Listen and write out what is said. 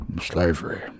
Slavery